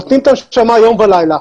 נותנים את הנשמה יום ולילה.